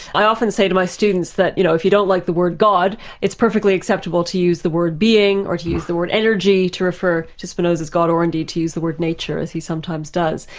i often say to my students that, you know, if you don't like the word god, it's perfectly acceptable to use the word being or to use the word energy to refer to spinoza's god or indeed to use the word nature as he sometimes does.